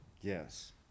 Yes